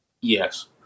Yes